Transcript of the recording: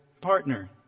partner